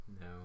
No